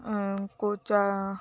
କୋଚା